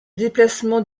déplacement